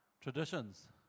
Traditions